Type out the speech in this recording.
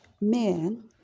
men